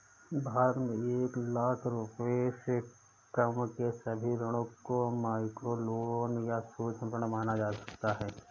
भारत में एक लाख रुपए से कम के सभी ऋणों को माइक्रोलोन या सूक्ष्म ऋण माना जा सकता है